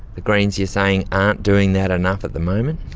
the greens, you're saying, aren't doing that enough at the moment?